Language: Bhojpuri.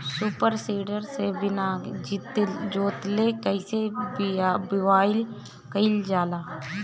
सूपर सीडर से बीना जोतले कईसे बुआई कयिल जाला?